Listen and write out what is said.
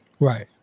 right